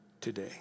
today